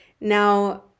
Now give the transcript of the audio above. now